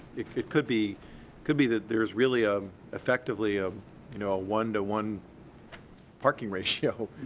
it could be could be that there's really ah effectively ah you know a one to one parking ratio.